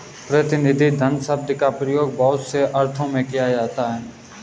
प्रतिनिधि धन शब्द का प्रयोग बहुत से अर्थों में किया जाता रहा है